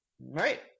Right